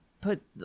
put